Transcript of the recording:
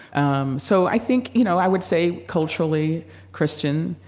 um, so i think, you know, i would say, culturally christian,